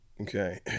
Okay